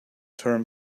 term